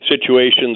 situations